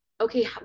okay